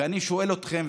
ואני שואל אתכם,